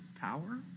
power